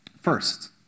First